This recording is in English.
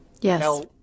Yes